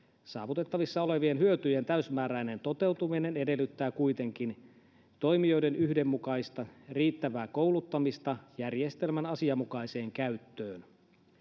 saavutettavissa olevien hyötyjen täysimääräinen toteutuminen edellyttää kuitenkin toimijoiden yhdenmukaista ja riittävää kouluttamista järjestelmän asianmukaiseen käyttöön